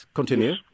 continue